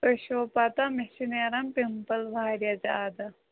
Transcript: تُہۍ چھِوا پَتہ مےٚ چھِ نیران پِمپٕل واریاہ زیادٕ